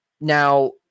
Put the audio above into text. Now